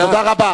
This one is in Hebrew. שמעתי,